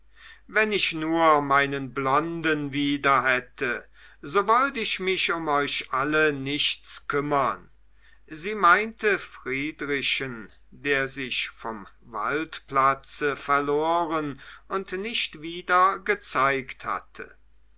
wenn ich nur meinen blonden wieder hätte so wollt ich mich um euch alle nichts kümmern sie meinte friedrichen der sich vom waldplatze verloren und nicht wieder gezeigt hatte